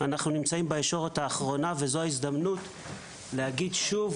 אנחנו נמצאים בישורת האחרונה וזו ההזדמנות להגיד שוב,